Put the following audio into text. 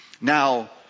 Now